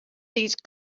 these